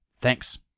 Thanks